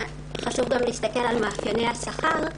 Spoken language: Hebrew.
חשוב גם להסתכל על מאפייני השכר.